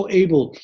able